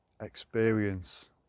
experience